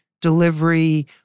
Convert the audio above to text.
delivery